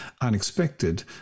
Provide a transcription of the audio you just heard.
unexpected